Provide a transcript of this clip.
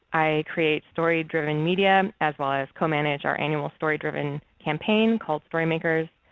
i create story driven media as well as co-manage our annual story driven campaign called storymakers.